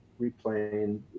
replaying